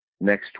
next